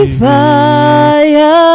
fire